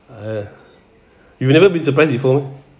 uh you've never been surprised before meh